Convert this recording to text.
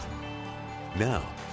Now